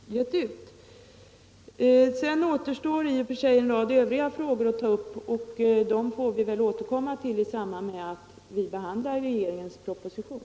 Sedan återstår i och för sig en rad övriga frågor att ta upp, men dem får vi väl återkomma till i samband med behandlingen av regeringens proposition.